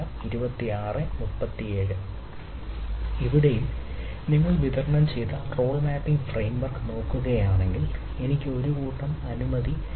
ഇവിടെയും നിങ്ങൾ വിതരണം ചെയ്ത റോൾ മാപ്പിംഗ് ഫ്രെയിംവർക് ഉണ്ട്